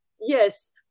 Yes